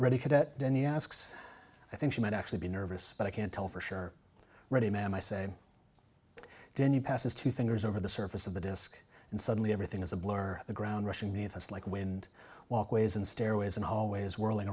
cadet then he asks i think she might actually be nervous but i can't tell for sure ready ma'am i say denny passes two fingers over the surface of the disc and suddenly everything is a blur the ground rushing many of us like wind walkways and stairways and always whirling